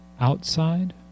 outside